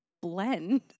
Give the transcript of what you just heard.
Blend